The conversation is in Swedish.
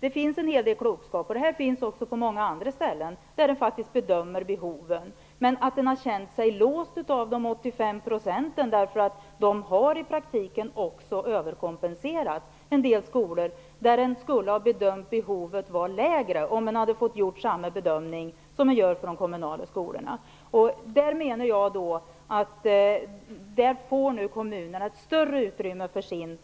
Det finns en hel del klokskap. Detta förekommer också på många andra ställen där man gör en bedömning av behoven. Men man har känt sig låst av gränsen på 85 %. Den har i praktiken inneburit en överkompensation till en del skolor, där man skulle ha bedömt behovet som lägre om man hade fått göra samma bedömning som man gör för de kommunala skolorna. Kommunerna får nu ett större utrymme för en